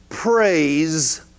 Praise